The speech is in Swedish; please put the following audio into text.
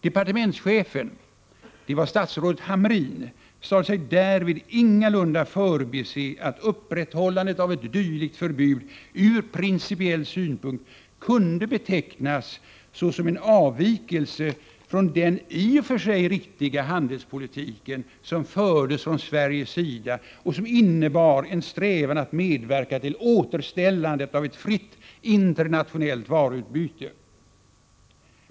Departementschefen — det var statsrådet Hamrin — sade sig därvid ingalunda förbise att upprätthållandet av ett dylikt förbud, ur principiell synpunkt, kunde betecknas såsom en avvikelse från den i och för sig riktiga handelspolitik som fördes från Sveriges sida och som innebar en strävan att medverka till återställandet av ett fritt internationellt varuutbyte.